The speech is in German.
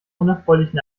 unerfreulichen